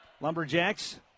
Lumberjacks